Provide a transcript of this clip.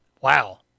Wow